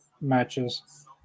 matches